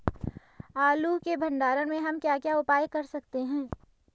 आलू के भंडारण में हम क्या क्या उपाय कर सकते हैं?